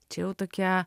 čia jau tokia